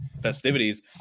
festivities